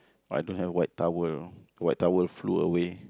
why don't have wet towel wet towel flew away